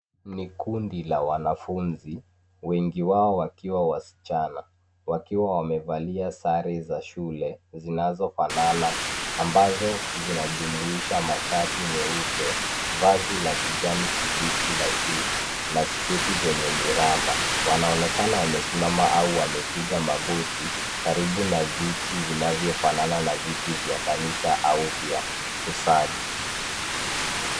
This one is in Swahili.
Ni kundi la wanafunzi wengi wao wakiwa wasichana wakiwa wamevalia sare za shule zinazofanana, ambazo zinajumuisha masharti meupe vazi la kijani kibichi la juu na sketi zenye miramba ,wanaonekana wamesimama au wamepiga magoti karibu na viti vinavyofanana na viti vya kanisa au vya kusali.